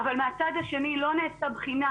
אבל מהצד השני לא נעשה בחינה,